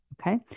Okay